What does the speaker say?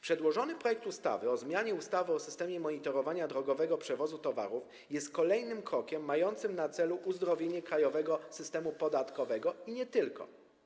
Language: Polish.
Przedłożony projekt ustawy o zmianie ustawy o systemie monitorowania drogowego przewozu towarów jest kolejnym krokiem mającym na celu uzdrowienie krajowego systemu podatkowego i nie tylko.